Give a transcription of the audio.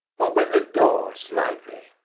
open the door slightly.